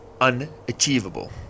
unachievable